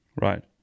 Right